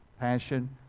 passion